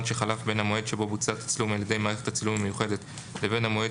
שחלף בין המועד שבו בוצע תצלום על ידי מערכת הצילום המיוחדת לבין המועד